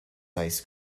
ice